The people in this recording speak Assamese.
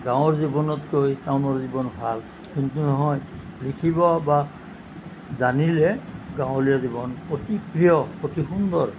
গাঁৱৰ জীৱনতকৈ টাউনৰ জীৱন ভাল কিন্তু নহয় লিখিব বা জানিলে গাঁৱলীয়া জীৱন অতি প্ৰিয় অতি সুন্দৰ